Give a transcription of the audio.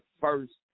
first